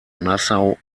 nassau